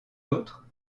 autre